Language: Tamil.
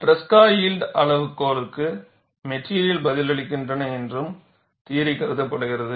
ட்ரெஸ்கா யில்ட் அளவுகோலுக்கு மெட்டிரியல் பதிலளிக்கின்றன என்றும் தியரி கருதுகிறது